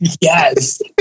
yes